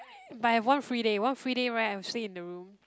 but I have one free day one free day right I'll stay in the room